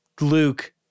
Luke